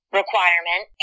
requirement